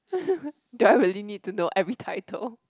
do I really need to know every title